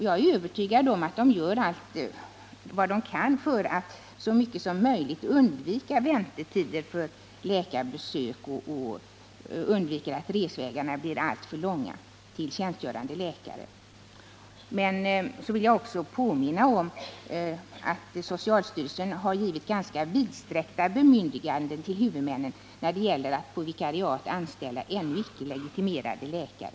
Jag är övertygad om att de gör allt de kan för att så mycket som möjligt undvika att väntetiderna för läkarbesök blir längre och att resvägarna till tjänstgörande läkare blir alltför långa. Jag vill emellertid också påminna om att socialstyrelsen har givit ett ganska vidsträckt bemyndigande till huvudmännen när det gäller att på vikariat anställa ännu icke legitimerade läkare.